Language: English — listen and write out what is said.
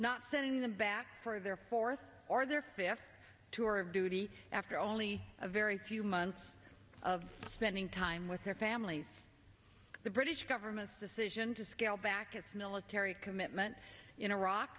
not sending them back for their fourth or their fifth tour of duty after only a very few months of spending time with their families the british government's decision to scale back its military commitment in iraq